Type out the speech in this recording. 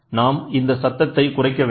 நாம் இந்த சத்தத்தை குறைக்கவேண்டும்